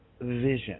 vision